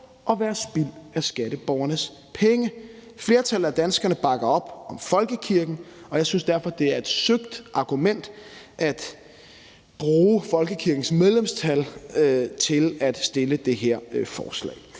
og være spild af skatteborgernes penge? Flertallet af danskerne bakker op om folkekirken, og jeg synes derfor, det er et søgt argument at bruge folkekirkens medlemstal til at fremsætte det her forslag.